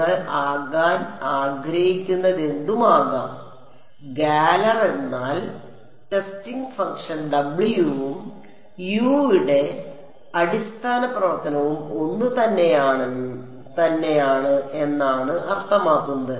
നിങ്ങൾ ആകാൻ ആഗ്രഹിക്കുന്നതെന്തും ആകാം ഗാലർ എന്നാൽ ടെസ്റ്റിംഗ് ഫംഗ്ഷൻ W ഉം U യുടെ അടിസ്ഥാന പ്രവർത്തനവും ഒന്നുതന്നെയാണ് എന്നാണ് അർത്ഥമാക്കുന്നത്